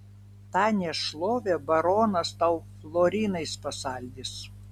tą nešlovę baronas tau florinais pasaldys